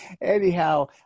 Anyhow